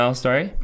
story